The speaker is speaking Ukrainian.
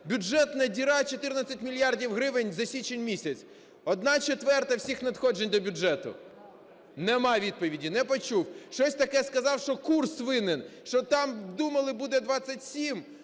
бюджетна діра – 14 мільярдів гривень за січень місяць? Одна четверта всіх надходжень до бюджету. Нема відповіді, не почув. Щось таке сказав, що курс винен, що там думали, буде 27,